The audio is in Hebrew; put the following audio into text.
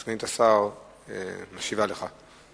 סגנית השר משיבה לך.